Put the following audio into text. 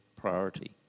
priority